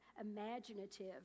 imaginative